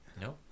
No